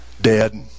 dead